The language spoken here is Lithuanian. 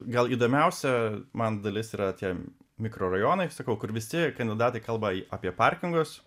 gal įdomiausia man dalis yra tie mikrorajonai sakau kur visi kandidatai kalba į apie parkingus